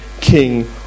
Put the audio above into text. king